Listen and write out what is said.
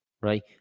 right